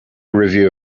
review